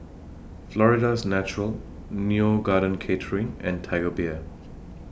Florida's Natural Neo Garden Catering and Tiger Beer